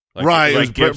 Right